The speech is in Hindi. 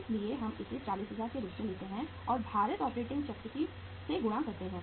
इसलिए हम इसे 40000 के रूप में लेते हैं और भारित संचालन चक्र से गुणा करते हैं